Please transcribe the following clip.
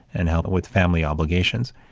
and help with family obligations,